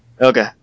Okay